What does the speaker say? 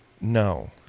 No